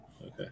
okay